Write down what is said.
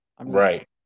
Right